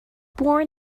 born